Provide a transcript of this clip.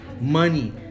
Money